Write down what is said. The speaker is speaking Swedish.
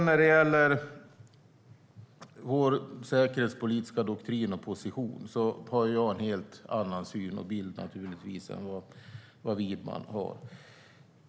När det gäller vår säkerhetspolitiska doktrin och position har jag naturligtvis en helt annan syn och bild än Widman.